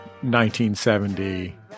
1970